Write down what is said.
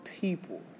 people